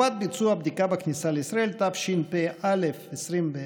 (חובת ביצוע בדיקה בכניסה לישראל), התשפ"א 2021,